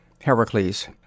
Heracles